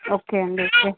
okay అండి okay